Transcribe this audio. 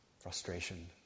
Frustration